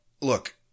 look